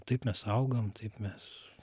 taip mes augam taip mes